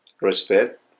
respect